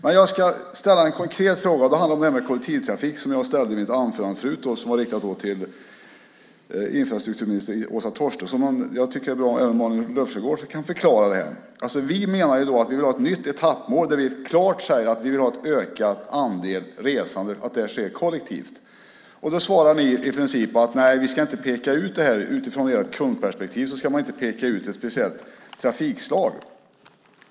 Men jag ska ställa en konkret fråga. Det handlar om det här med kollektivtrafik. Jag ställde frågan i mitt anförande förut. Den var då riktat till infrastrukturminister Åsa Torstensson, men jag tycker att det är bra om även Malin Löfsjögård kan förklara det här. Vi vill ha ett nytt etappmål där vi klart säger att vi vill ha en ökad andel resande med kollektivtrafik. Då svarar ni i princip: Nej, vi ska inte peka ut det här. Utifrån ert kundperspektiv ska man inte peka ut ett speciellt trafikslag.